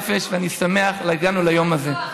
אוהב אתכם אהבת נפש, ואני שמח שהגענו ליום הזה.